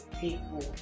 people